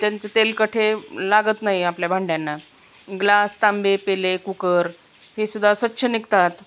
त्यांचं तेल कठे लागत नाही आपल्या भांड्यांना ग्लास तांबे पेले कुकर हे सुुद्धा स्वच्छ निघतात